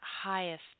highest